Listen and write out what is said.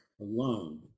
alone